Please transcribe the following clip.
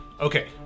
Okay